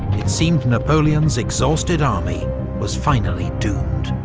it seemed napoleon's exhausted army was finally doomed.